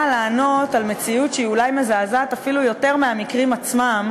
באה לענות על מציאות שהיא אולי מזעזעת אפילו יותר מהמקרים עצמם,